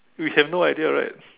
we have no idea right